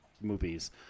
movies